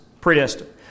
predestined